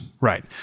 right